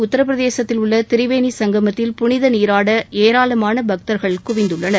உத்தரப்பிரதேசத்தில் உள்ள திரிவேணி சங்கமத்தில் புனித நீராட ஏராளமான பக்தர்கள் குவிந்துள்ளனர்